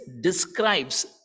describes